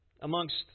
amongst